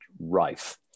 rife